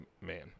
man